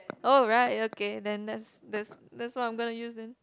oh right okay then that's that's that's what I'm gonna use then